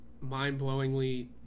mind-blowingly